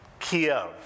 Kyiv